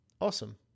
awesome